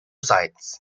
sites